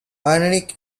ironic